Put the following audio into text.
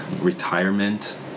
retirement